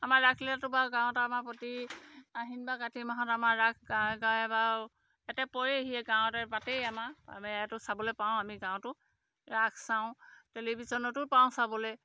আমাৰ ৰাসলীলাতো বা গাঁৱত আমাৰ প্ৰতি আহিন বা কাতি মাহত আমাৰ ৰাস গায় গায় বা ইয়াতে পৰেহিয়ে গাঁৱতে পাতেই আমাৰ আমি ইয়াতো চাবলৈ পাওঁ আমি গাঁৱতো ৰাস চাওঁ টেলিভিশ্যনতো পাওঁ চাবলৈ